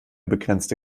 begrenzte